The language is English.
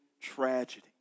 tragedy